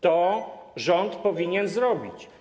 To rząd powinien zrobić.